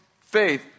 faith